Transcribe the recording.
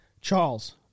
Charles